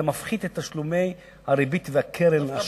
אתה מפחית את תשלומי הריבית והקרן.